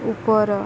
ଉପର